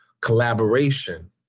collaboration